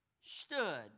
stood